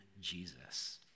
Jesus